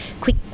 quick